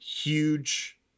huge